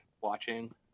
watching